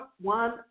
one